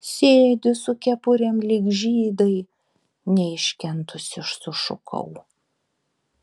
sėdi su kepurėm lyg žydai neiškentusi sušukau